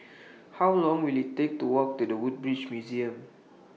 How Long Will IT Take to Walk to The Woodbridge Museum